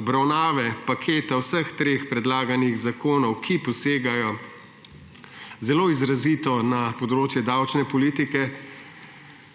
obravnave paketa vseh treh predlaganih zakonov, ki posegajo zelo izrazito na področje davčne politike,